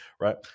Right